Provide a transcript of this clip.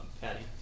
Patty